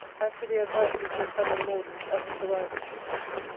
and to the advice which your cousin morden on his arrival should give you,